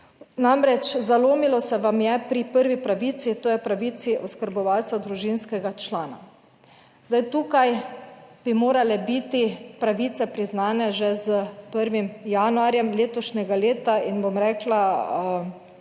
Namreč, zalomilo se vam je pri prvi pravici, to je pravici oskrbovalca družinskega člana. Zdaj tukaj bi morale biti pravice priznane že s 1. januarjem letošnjega leta in bom rekla, ne